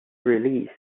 release